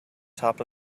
top